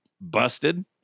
busted